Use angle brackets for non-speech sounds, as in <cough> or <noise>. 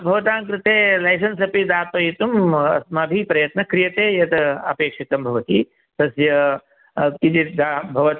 भवताङ्कृते licence अपि दापयितुं अस्माभिः प्रयत्नः क्रियते यद् अपेक्षितं भवति तस्य <unintelligible> अभवत्